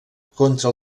contra